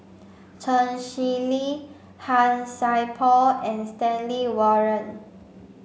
Chen Shiji Han Sai Por and Stanley Warren